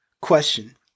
Question